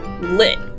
Lit